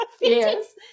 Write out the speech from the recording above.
yes